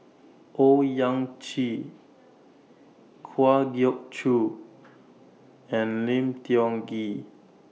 Owyang Chi Kwa Geok Choo and Lim Tiong Ghee